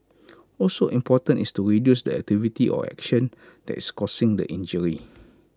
also important is to reduce the activity or action that is causing the injury